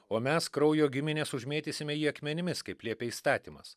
o mes kraujo giminės užmėtysime jį akmenimis kaip liepia įstatymas